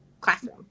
classroom